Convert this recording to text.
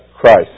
Christ